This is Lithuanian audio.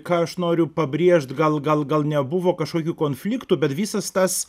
ką aš noriu pabrėžt gal gal gal nebuvo kažkokių konfliktų bet visas tas